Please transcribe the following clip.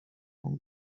long